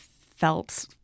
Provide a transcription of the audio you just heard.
felt